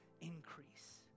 increase